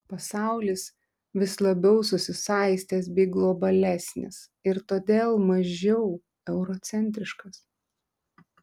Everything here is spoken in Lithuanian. pasaulis vis labiau susisaistęs bei globalesnis ir todėl mažiau eurocentriškas